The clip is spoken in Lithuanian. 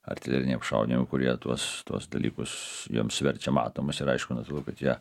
artileriniai apšaudymai kurie tuos tuos dalykus jiems verčia matomus ir aišku natūralu kad jie